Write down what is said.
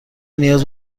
نیاز